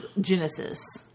Genesis